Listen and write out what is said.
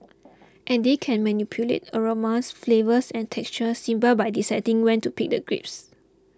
and they can manipulate aromas flavours and textures simply by deciding when to pick the grapes